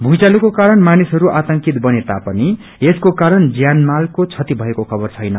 भूइचालोको कारण मानिसहरू आर्तकित बने तापनि यसको कारण ज्यानमालको क्षति भएको खबर छैन